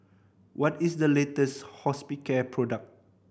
what is the latest Hospicare product